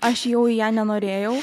aš jau į ją nenorėjau